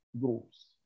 groups